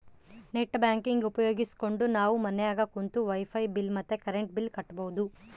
net banking ಉಪಯೋಗಿಸ್ಕೆಂಡು ನಾವು ಮನ್ಯಾಗ ಕುಂತು ವೈಫೈ ಬಿಲ್ ಮತ್ತೆ ಕರೆಂಟ್ ಬಿಲ್ ಕಟ್ಬೋದು